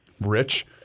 Rich